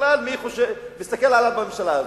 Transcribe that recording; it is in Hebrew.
בכלל מי מסתכל עליו בממשלה הזאת?